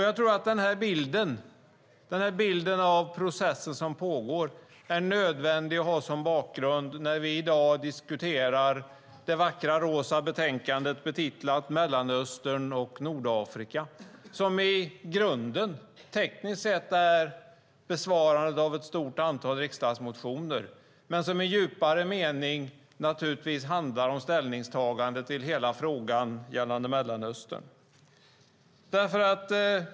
Jag tror att denna bild av processer som pågår är nödvändig att ha som bakgrund när vi i dag diskuterar det vackra rosa betänkandet betitlat Mellanöstern och Nordafrika , som i grunden tekniskt sett är besvarandet av ett stort antal riksdagsmotioner men som i djupare mening naturligtvis handlar om ställningstagandet till hela frågan gällande Mellanöstern.